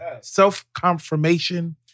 Self-confirmation